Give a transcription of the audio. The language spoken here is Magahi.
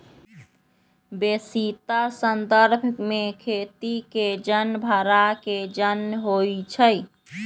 बेशीतर संदर्भ में खेती के जन भड़ा के जन होइ छइ